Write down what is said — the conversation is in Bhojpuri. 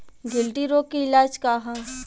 गिल्टी रोग के इलाज का ह?